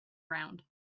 round